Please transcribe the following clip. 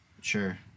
Sure